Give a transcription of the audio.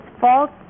false